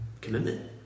commitment